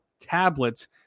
tablets